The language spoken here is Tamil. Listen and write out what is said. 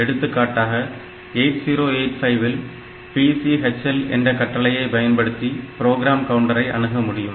எடுத்துக்காட்டாக 8085 இல் PCHL என்ற கட்டளையை பயன்படுத்தி ப்ரோக்ராம் கவுண்டரை அணுகமுடியும்